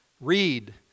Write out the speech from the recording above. Read